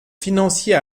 financier